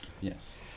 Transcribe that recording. Yes